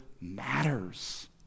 matters